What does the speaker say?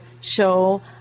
show